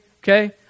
Okay